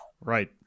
Right